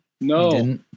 no